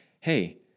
hey